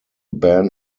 ban